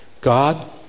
God